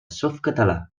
softcatalà